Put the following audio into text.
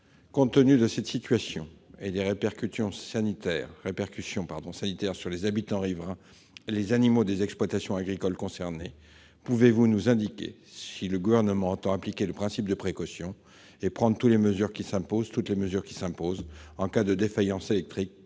Compte tenu de cette situation et des répercussions sanitaires sur les habitants riverains et les animaux des exploitations agricoles concernées, pouvez-vous nous indiquer si le Gouvernement entend appliquer le principe de précaution et prendre toutes les mesures qui s'imposent en cas de défaillance électrique